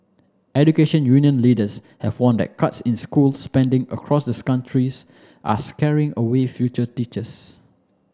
education union leaders have warned that cuts in school spending across the countries are scaring away future teachers